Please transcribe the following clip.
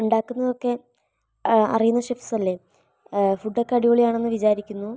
ഉണ്ടാക്കുന്നതൊക്കെ അറിയുന്ന ഷെഫ്സല്ലേ ഫുഡൊക്കെ അടിപൊളിയാണെന്ന് വിചാരിക്കുന്നു